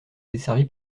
desservie